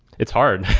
it's hard.